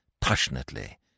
passionately